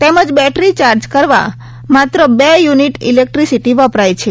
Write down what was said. તેમજ battery charge કરવા માત્ર બે યુનિટ ઇલેક્ટ્રીસીટી વપરાય છે